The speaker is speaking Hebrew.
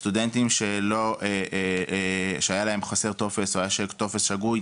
סטודנטים שהיה חסר להם טופס או שהיה טופס שגוי,